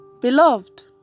Beloved